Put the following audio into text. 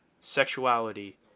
sexuality